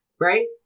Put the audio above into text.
right